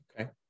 Okay